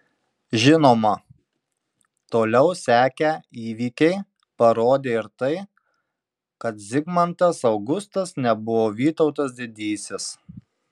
žinoma toliau sekę įvykiai parodė ir tai kad zigmantas augustas nebuvo vytautas didysis